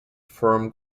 firm